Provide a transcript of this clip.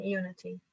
unity